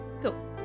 Cool